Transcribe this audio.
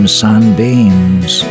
sunbeams